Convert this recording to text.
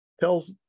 tells